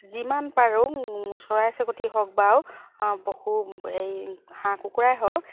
যিমান পাৰোঁ চৰাই চিৰিকটি হওক বা পশু হেৰি হাঁহ কুকুৰাই হওক